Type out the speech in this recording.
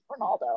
Ronaldo